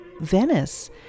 Venice